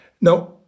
Now